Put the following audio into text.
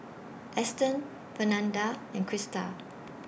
Eston Fernanda and Christa